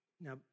Now